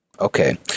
okay